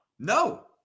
No